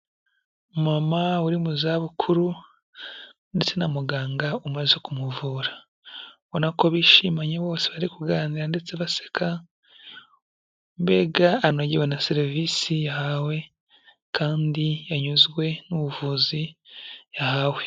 Mama uri mu za bukuru ndetse na muganga umaze kumuvura, ubona ko bishimanye bose bari kuganira ndetse baseka, mbega anagewe na serivisi yahawe kandi yanyuzwe n'ubuvuzi yahawe.